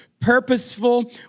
purposeful